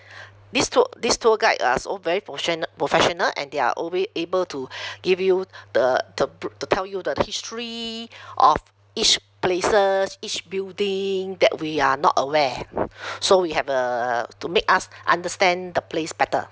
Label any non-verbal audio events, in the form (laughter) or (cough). this tou~ this tour guide uh s~ very professional and they are always able to (breath) give you the the b~ to tell you the history (breath) of each places each building that we are not aware (breath) so we have uh to make us understand the place better